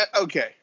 Okay